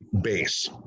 base